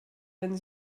wenn